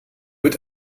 mit